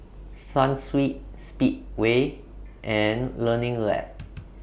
Sunsweet Speedway and Learning Lab